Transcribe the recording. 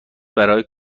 برای